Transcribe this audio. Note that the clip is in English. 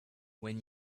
when